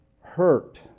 hurt